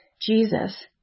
Jesus